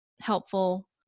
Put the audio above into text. Helpful